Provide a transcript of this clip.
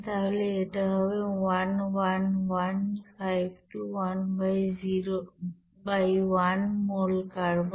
তাহলে এটা হবে 110521 1 মোল কার্বন